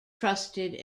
trusted